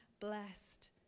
blessed